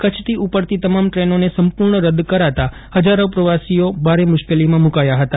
કચ્છથી ઉપડતી તમામ ટ્રેનોને સંપૂર્ણ રદ કરાતાં ફજારો પ્રવાસીઓ ભારે મુશ્કેલીમાં મુકાથા ફતા